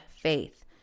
faith